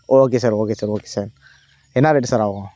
okay sir okay sir okay sir என்ன rate sir ஆகும்